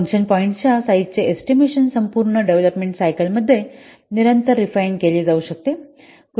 function पॉईंट्सच्या साईझाचे estimation संपूर्ण डेव्हलपमेंट सायकल मध्ये निरंतर रिफाइन केले जाऊ शकते